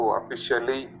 officially